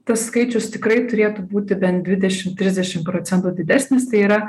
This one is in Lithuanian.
tas skaičius tikrai turėtų būti bent didešim trisdešim procentų didesnis tai yra